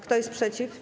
Kto jest przeciw?